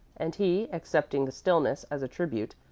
and he, accepting the stillness as a tribute,